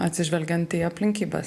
atsižvelgiant į aplinkybes